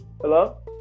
Hello